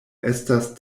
estas